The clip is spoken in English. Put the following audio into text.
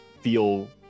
feel